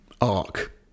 arc